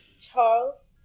Charles